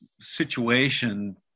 situation